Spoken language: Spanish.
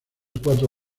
cuatro